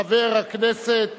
חבר הכנסת